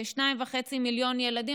כשניים וחצי מיליון ילדים,